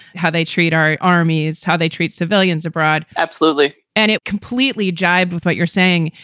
how they treat our armies, how they treat civilians abroad. absolutely. and it completely jibe with what you're saying.